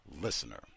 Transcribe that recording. listener